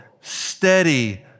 steady